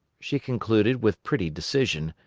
she concluded, with pretty decision,